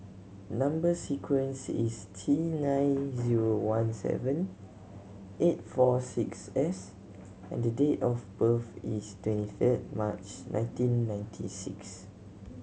number sequence is T nine zero one seven eight four six S and date of birth is twenty eight March nineteen ninety six